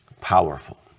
powerful